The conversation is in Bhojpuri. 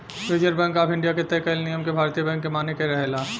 रिजर्व बैंक ऑफ इंडिया के तय कईल नियम के भारतीय बैंक के माने के रहेला